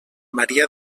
maria